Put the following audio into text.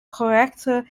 korrekte